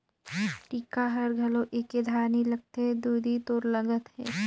टीका हर घलो एके धार नइ लगथे दुदि तोर लगत हे